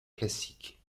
classique